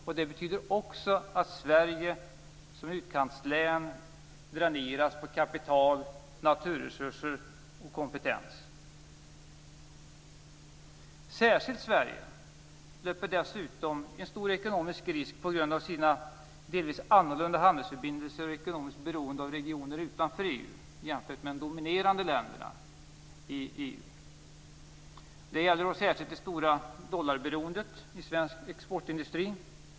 Också det medför att Sverige som utkantslän dräneras på kapital, naturresurser och kompetens. Särskilt Sverige - jämfört med de dominerande länderna i EU - löper dessutom en stor ekonomisk risk på grund av sina delvis annorlunda handelsförbindelser och sitt ekonomiska beroende av regioner utanför EU. Det gäller i synnerhet det stora dollarberoendet i svensk exportindustri.